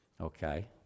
Okay